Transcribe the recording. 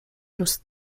los